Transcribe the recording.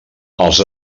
els